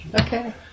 Okay